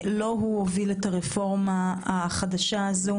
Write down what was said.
לא הוא הוביל את הרפורמה החדשה הזאת,